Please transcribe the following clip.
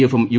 എഫും യു